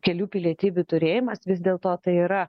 kelių pilietybių turėjimas vis dėlto tai yra